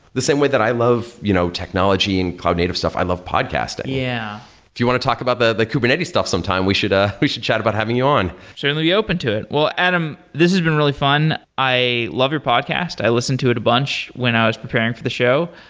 the same with that i love you know technology and cognitive stuff. i love podcasting. yeah if you want to talk about the the kubernetes stuff sometime, we should ah we should chat about having you on. certainly be open to it. well, adam, this has been really fun. i love your podcast. i listen to it a bunch when i was preparing for the show,